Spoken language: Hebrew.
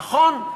נכון,